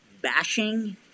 bashing